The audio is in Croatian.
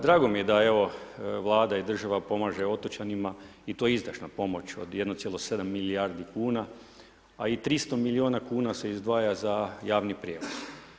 Drago mi je da Vlada i država pomaže otočanima i to izdašna pomoć od 1,7 milijardi kuna a i 300 milijuna kuna se izdvaja za javni prijevoz.